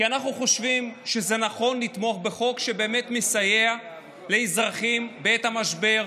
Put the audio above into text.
כי אנחנו חושבים שנכון לתמוך בחוק שבאמת מסייע לאזרחים בעת המשבר,